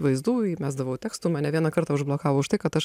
vaizdų įmesdavau tekstų mane vieną kartą užblokavo už tai kad aš